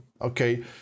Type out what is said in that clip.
okay